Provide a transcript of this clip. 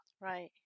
Right